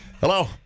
Hello